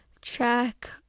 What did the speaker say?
check